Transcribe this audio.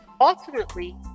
Ultimately